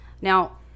now